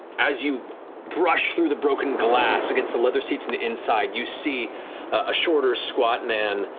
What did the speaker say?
as you brush through the broken glass against the leather seats in the inside, you see a shorter, squat man,